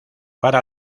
para